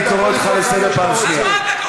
אני קורא אותך לסדר פעם שנייה.